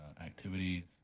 activities